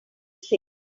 thing